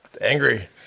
Angry